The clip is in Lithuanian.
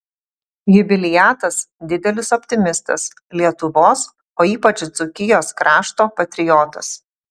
jubiliatas didelis optimistas lietuvos o ypač dzūkijos krašto patriotas